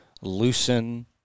loosen